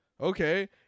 okay